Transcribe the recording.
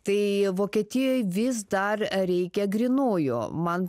tai vokietijoj vis dar reikia grynųjų man